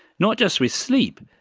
not just with sleep,